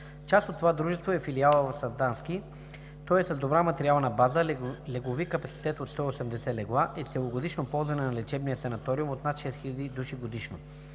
Част от това дружество е филиалът в Сандански. Той е с добра материална база, леглови капацитет от 180 легла и целогодишно ползване на лечебния санаториум от над 6 хиляди души годишно.